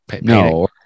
no